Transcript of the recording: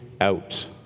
out